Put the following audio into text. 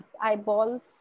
eyeballs